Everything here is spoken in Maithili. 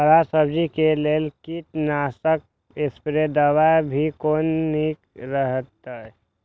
हरा सब्जी के लेल कीट नाशक स्प्रै दवा भी कोन नीक रहैत?